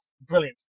Brilliant